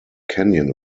canyon